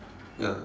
ya